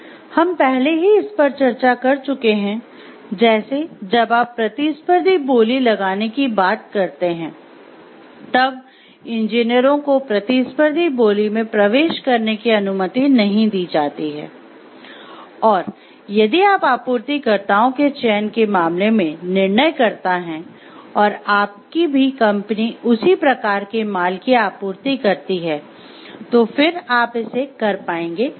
हम पहले ही इस पर चर्चा कर चुके हैं जैसे जब आप प्रतिस्पर्धी बोली लगाने की बात करते हैं तब इंजीनियरों को प्रतिस्पर्धी बोली में प्रवेश करने की अनुमति नहीं दी जाती है और यदि आप आपूर्तिकर्ताओं के चयन के मामले में निर्णयकर्ता हैं और आपकी भी कंपनी उसी प्रकार के माल की आपूर्ति करती है तो फिर आप इसे कर पाएंगे या नहीं